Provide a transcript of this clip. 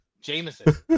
Jameson